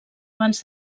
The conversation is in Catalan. abans